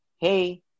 hey